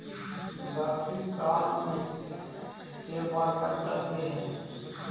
बकरी साल मे के बार बच्चा दे है?